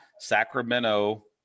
Sacramento